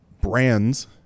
brands